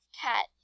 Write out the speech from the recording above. cat